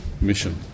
mission